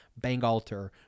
Bangalter